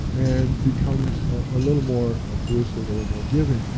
and becomes a little more altruistic, a little more giving.